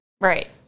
right